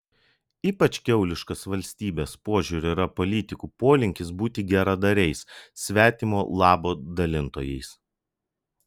ypač kiauliškas valstybės požiūriu yra politikų polinkis būti geradariais svetimo labo dalintojais